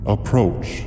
Approach